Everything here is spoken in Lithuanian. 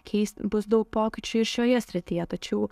keisti bus daug pokyčių šioje srityje tačiau